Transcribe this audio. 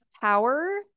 power